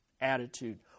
attitude